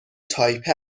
تایپه